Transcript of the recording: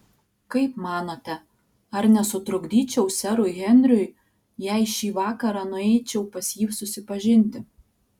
kaip manote ar nesutrukdyčiau serui henriui jei šį vakarą nueičiau pas jį susipažinti